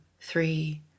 three